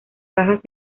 bajas